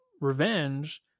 revenge